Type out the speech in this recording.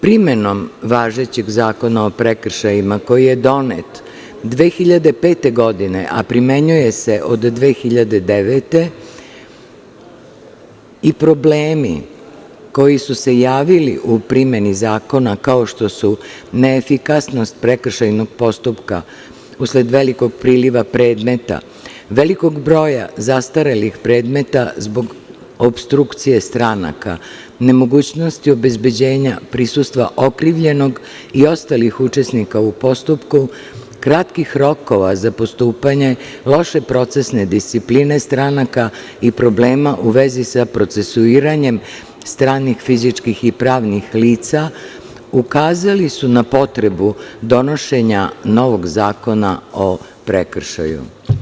Primenom važećeg Zakona o prekršajima koji je donet 2005. godine a primenjuje se od 2009. godine i problemi koji su se javili u primeni zakona, kao što su neefikasnost prekršajnog postupka usled velikog priliva predmeta, velikog broja zastarelih predmeta zbog opstrukcije stranaka, nemogućnosti obezbeđenja prisustva okrivljenog i ostalih učesnika u postupku, kratkih rokova za postupanje, loše procesne discipline stranaka i problema u vezi sa procesuiranjem stranih fizičkih i pravnih lica, ukazali su na potrebu donošenja novog zakona o prekršaju.